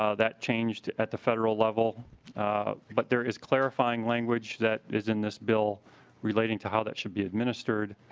ah that changed at the federal level but there is clarifying language that is in this bill related to how that should be administered.